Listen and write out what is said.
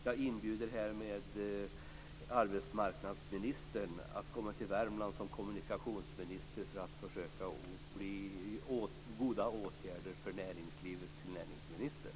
Jag inbjuder härmed arbetsmarknadsministern att komma till Värmland som kommunikationsminister för att försöka få fram goda åtgärder för näringslivet till näringsministern!